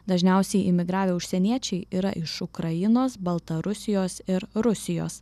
dažniausiai imigravę užsieniečiai yra iš ukrainos baltarusijos ir rusijos